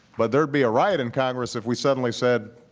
but there would be a riot in congress if we suddenly said,